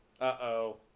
Uh-oh